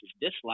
dislike